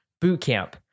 bootcamp